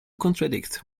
contradict